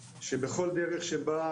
לא נוציא 200 ומשהו תעודות,